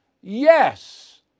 Yes